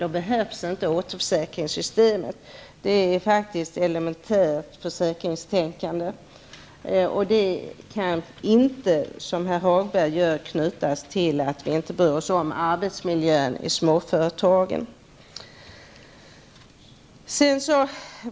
Här behövs inte något återförsäkringssystem. Detta är faktiskt elementärt försäkringstänkande. Man kan inte, som herr Hagberg gör, göra en koppling här och säga att vi inte bryr oss om arbetsmiljön i småföretagen.